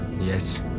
Yes